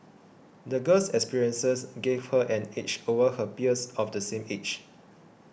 the girl's experiences gave her an edge over her peers of the same age